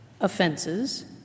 offenses